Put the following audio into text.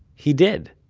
he did.